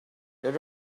that